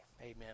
amen